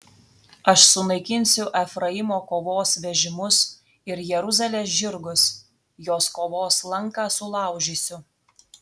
aš sunaikinsiu efraimo kovos vežimus ir jeruzalės žirgus jos kovos lanką sulaužysiu